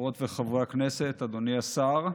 חברות וחברי הכנסת, אדוני השר,